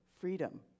freedom